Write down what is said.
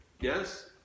Yes